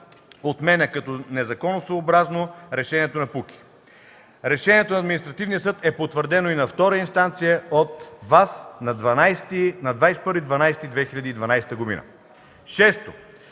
отменя като незаконосъобразно решението на КПУКИ. Решението на Административния съд е потвърдено и на втора инстанция от ВАС на 21 декември